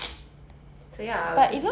mm